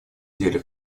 деле